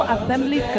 Assembly